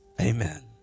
amen